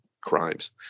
crimes